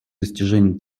достижению